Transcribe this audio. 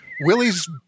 Willie's